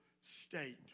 state